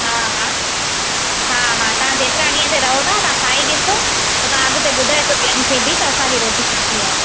हा हा हा हा तव्हां जेतिरा ॾींहं हिते रहो था तव्हां खाई ॾिसो त तव्हां अॻिते ॿुधाइजो ॿियनि खे बि त असांजी रोटी सुठी आहे